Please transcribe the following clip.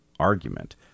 argument